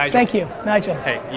um thank you, nigel. hey,